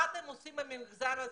מה אתם עושים במגזר הזה?